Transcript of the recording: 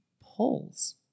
polls